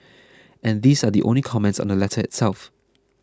and these are the only the comments on the letter itself